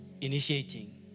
initiating